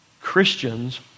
Christians